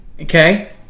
okay